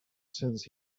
since